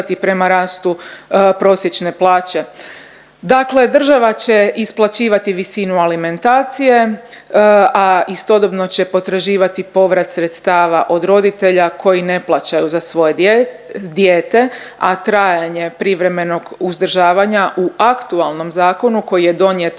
prema rastu prosječne plaće. Dakle država će isplaćivati visinu alimentacije, a istodobno će potraživati povrat sredstava od roditelja koji ne plaćaju za svoje dijete, a trajanje privremenog uzdržavanja u aktualnom zakonu koji je donijet